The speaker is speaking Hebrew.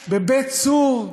בבית-צור,